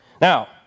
Now